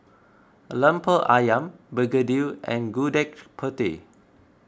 Lemper Ayam Begedil and Gudeg Putih